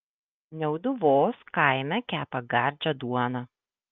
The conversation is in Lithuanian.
niauduvos kaime kepa gardžią duoną